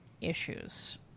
issues